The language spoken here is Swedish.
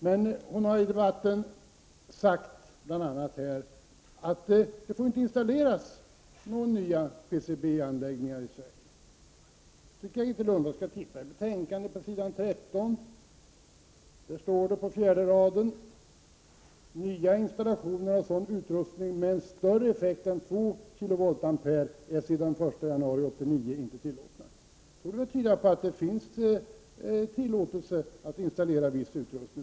Men Grethe Lundblad sade bl.a. att det inte får installeras några nya PCB-anläggningar i Sverige. Om Grethe Lundblad tittar i betänkandet på s. 13, fjärde raden kan hon läsa att ”nya installationer av sådan utrustning med en större effekt än 2 kilovoltampere är sedan den 1 januari 1989 inte tillåtna”. Detta borde tyda på att det är tillåtet att installera viss utrustning.